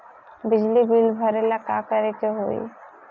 बिजली बिल भरेला का करे के होई?